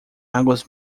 águas